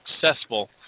successful